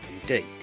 indeed